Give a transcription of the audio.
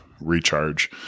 recharge